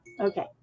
Okay